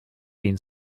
been